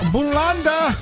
Bulanda